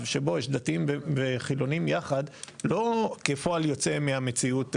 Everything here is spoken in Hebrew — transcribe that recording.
שבו יש דתיים וחילונים יחד לא כפועל יוצא מהמציאות הדמוגרפית,